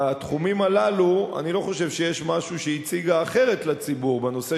בתחומים הללו אני לא חושב שיש משהו שהיא הציגה אחרת לציבור בנושא